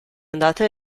andata